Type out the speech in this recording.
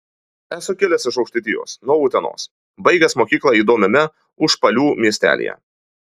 esu kilęs iš aukštaitijos nuo utenos baigęs mokyklą įdomiame užpalių miestelyje